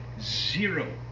zero